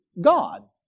God